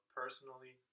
personally